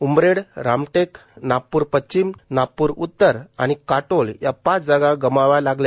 उमरेड रामटेक नागपूर पश्चिम नागपूर उत्तर आणि काटोल या पाच जागा गमवाव्या लागल्या